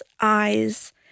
eyes